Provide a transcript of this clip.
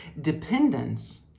dependence